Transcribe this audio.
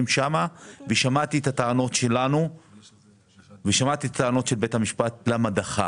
שם ושמעתי את הטענות שלנו ושמעתי את הטענות של בית המשפט למה הוא דחה,